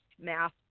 math